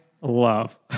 love